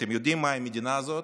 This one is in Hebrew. אתם יודעים איזו מדינה זאת?